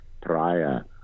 prior